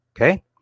Okay